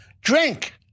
drink